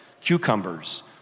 cucumbers